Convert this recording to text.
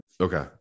okay